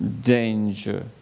danger